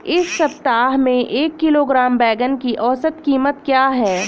इस सप्ताह में एक किलोग्राम बैंगन की औसत क़ीमत क्या है?